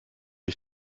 ich